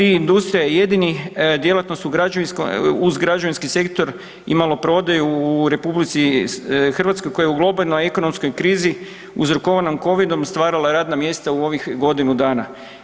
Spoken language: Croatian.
IT industrija je jedina djelatnost uz građevinski sektor i maloprodaju u RH koja je u globalnoj ekonomskoj krizi uzrokovanom covidom stvarala radna mjesta u ovih godinu dana.